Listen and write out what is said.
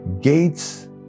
Gates